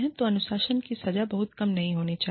तो अनुशासन की सजा बहुत कम नहीं होनी चाहिए